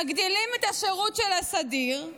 מגדילים את השירות של הסדיר,